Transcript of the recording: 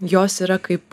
jos yra kaip